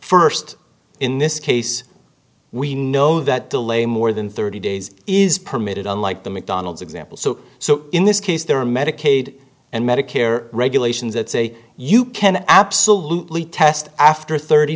first in this case we know that delay more than thirty days is permitted unlike the mcdonald's example so so in this case there are medicaid and medicare regulations that say you can absolutely test after thirty